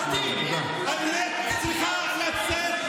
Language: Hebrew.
כולם.